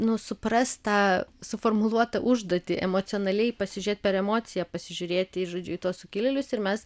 nu supras tą suformuluotą užduotį emocionaliai pasižiūrėt per emociją pasižiūrėt į žodžiu į tuos sukilėlius ir mes